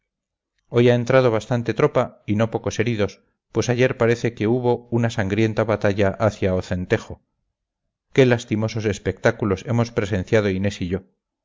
hoy ha entrado bastante tropa y no pocos heridos pues ayer parece que hubo una sangrienta batalla hacia ocentejo qué lastimosos espectáculos hemos presenciado inés y yo